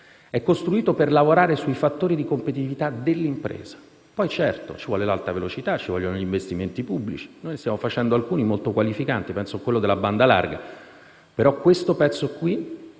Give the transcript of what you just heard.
È costruito per lavorare sui fattori di competitività dell'impresa. Poi, certo, ci vogliono l'alta velocità, gli investimenti pubblici, e ne stiamo facendo alcuni molto qualificanti - penso a quello della banda larga - ma questo è il